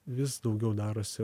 vis daugiau darosi